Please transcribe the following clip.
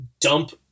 dump